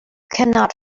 cannot